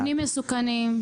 מבנים מסוכנים.